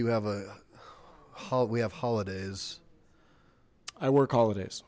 do have a how we have holidays i work holidays